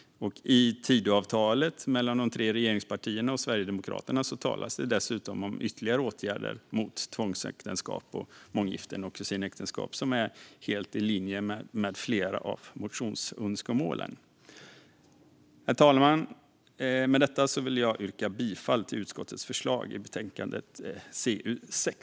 I Tidöavtalet mellan de tre regeringspartierna och Sverigedemokraterna talas det dessutom om ytterligare åtgärder mot tvångsäktenskap, månggiften och kusinäktenskap som är helt i linje med flera av motionsönskemålen. Herr talman! Med detta vill jag yrka bifall till utskottets förslag i betänkande CU6.